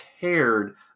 cared